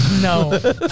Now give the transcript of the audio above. No